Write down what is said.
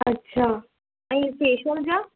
अच्छा ऐं फेशियल जा